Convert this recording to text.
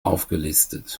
aufgelistet